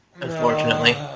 Unfortunately